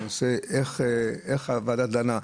בנושא איך הוועדה דנה,